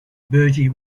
bertie